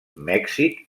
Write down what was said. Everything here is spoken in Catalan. mèxic